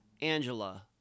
Angela